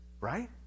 Right